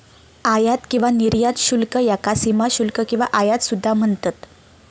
आयात किंवा निर्यात शुल्क याका सीमाशुल्क किंवा आयात सुद्धा म्हणतत